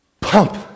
Pump